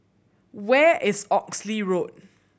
where is Oxley Road